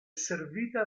servita